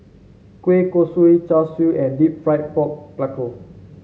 Kueh Kosui Char Siu and deep fried Pork Knuckle